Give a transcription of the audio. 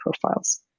profiles